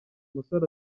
musore